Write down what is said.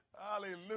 Hallelujah